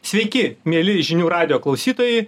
sveiki mieli žinių radijo klausytojai